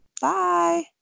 Bye